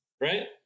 right